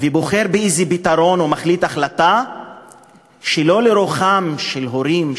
ובוחרים בפתרון או מחליטים החלטה שלא לרוחם של הורים,